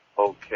Okay